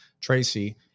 Tracy